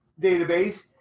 database